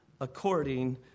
according